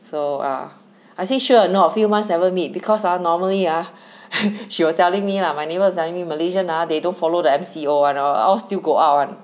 so ah I say sure or not few months never meet because ah normally ah she was telling me lah my neighbour was telling me malaysian ah they don't follow the M_C_O one or else still go out [one]